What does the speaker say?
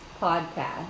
Podcast